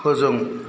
फोजों